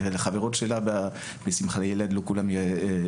ולחברות שלה בשמחה לילד לא כולם יכולות,